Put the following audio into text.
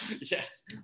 yes